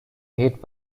hit